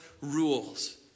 rules